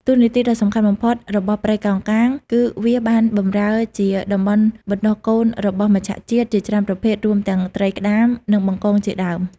តួនាទីដ៏សំខាន់បំផុតរបស់ព្រៃកោងកាងគឺវាបានបម្រើជាតំបន់បណ្តុះកូនរបស់មច្ឆជាតិជាច្រើនប្រភេទ រួមទាំងត្រីក្តាម និងបង្កងជាដើម។